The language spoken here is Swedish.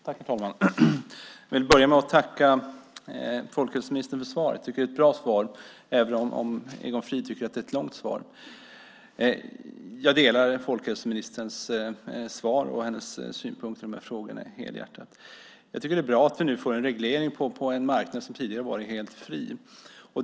Herr talman! Jag vill börja med att tacka folkhälsoministern för svaret. Det är ett bra svar, även om Egon Frid tycker att det är långt. Jag delar helhjärtat folkhälsoministerns synpunkter i dessa frågor. Det är bra att vi nu får en reglering av en marknad som tidigare varit helt fri.